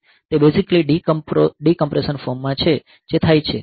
તે બેઝિકલી ડીકોમ્પ્રેશનના ફોર્મમાં છે જે થાય છે